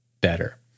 better